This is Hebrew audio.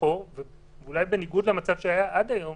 לאחור ואולי בניגוד למצב שהיה עד היום